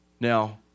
Now